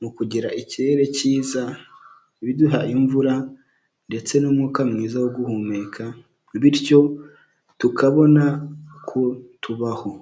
mu kugira ikirere cyiza. Biduha imvura ndetse n'umwuka mwiza wo guhumeka, bityo tukabona ku tubaho.